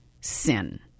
sin